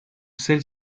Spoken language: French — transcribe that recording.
celle